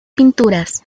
pinturas